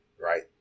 Right